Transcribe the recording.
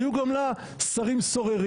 היו גם לה שרים סוררים,